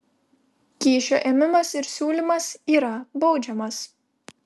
kyšio ėmimas ir siūlymas yra baudžiamas